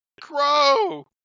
crow